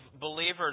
believers